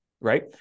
right